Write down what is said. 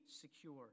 secure